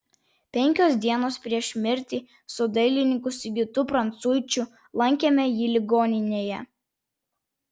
penkios dienos prieš mirtį su dailininku sigitu prancuičiu lankėme jį ligoninėje